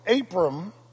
Abram